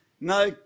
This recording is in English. no